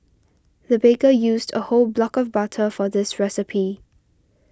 the baker used a whole block of butter for this recipe